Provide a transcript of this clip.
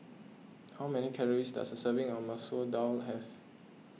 how many calories does a serving of Masoor Dal have